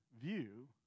view